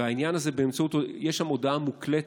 יש שם הודעה מוקלטת,